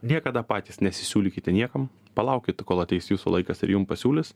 niekada patys nesisiūlykite niekam palaukit kol ateis jūsų laikas ir jum pasiūlys